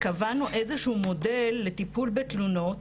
קבענו איזה שהוא מודל לטיפול בתלונות